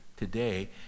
today